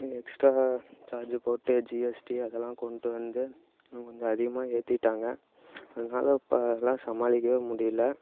extra charge போட்டு GST அதெல்லாம் கொண்டு வந்து இன்னும் கொஞ்சம் அதிகமாக ஏற்றிட்டாங்க அதனால் இப்போ எல்லாம் சமாளிக்கவே முடியல